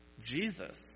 Jesus